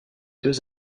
deux